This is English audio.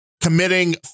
committing